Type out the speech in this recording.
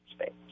space